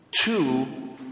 two